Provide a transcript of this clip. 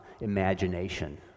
imagination